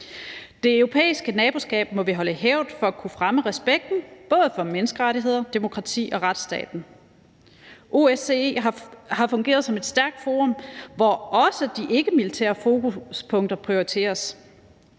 Det europæiske naboskab må vi holde i hævd for at kunne fremme respekten for både menneskerettigheder, demokrati og retsstaten. OSCE har fungeret som et stærkt forum, hvor også de ikkemilitære fokuspunkter prioriteres.